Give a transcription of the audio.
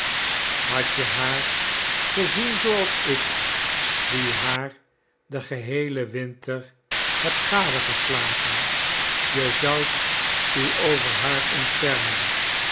had je haar gezien zooals ik die haar den geheelen winter heb gadegeslagen je zoudt u over haar ontfermen